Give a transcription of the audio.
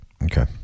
Okay